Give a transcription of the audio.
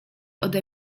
ode